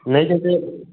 नहीं जैसे